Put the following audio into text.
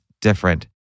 different